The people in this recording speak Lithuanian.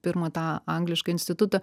pirmą tą anglišką institutą